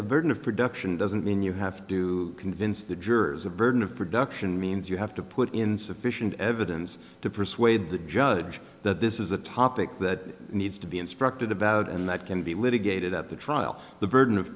a burden of production doesn't mean you have to convince the jurors a burden of production means you have to put in sufficient evidence to persuade the judge that this is a topic that needs to be instructed about and that can be litigated at the trial the burden of